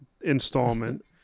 installment